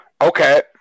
Okay